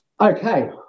Okay